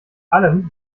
allem